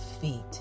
feet